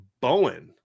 Bowen